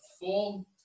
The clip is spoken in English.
full